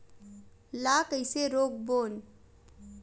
ला कइसे रोक बोन?